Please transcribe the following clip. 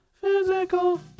Physical